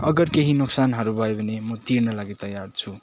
अगर केही नोक्सानहरू भयो भने म तिर्न लागि तयार छु